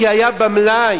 כי היה במלאי.